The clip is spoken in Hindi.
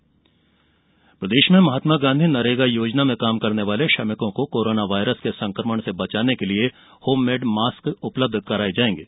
मनरेगा मास्क प्रदेश में महात्मा गांधी नरेगा योजना में काम करने वाले श्रमिकों को कोरोना वायरस के संक्रमण से बचाने के लिये होम मेड मास्क उपलब्ध कराये जायेंगे